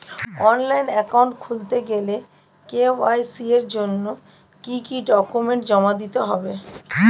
Online account খুলতে গেলে KYC জন্য কি কি ডকুমেন্ট জমা দিতে হবে?